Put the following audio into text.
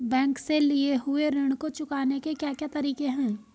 Bank से लिए हुए ऋण को चुकाने के क्या क्या तरीके हैं?